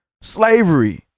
slavery